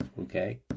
okay